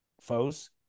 foes